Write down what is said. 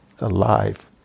alive